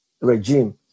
regime